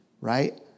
right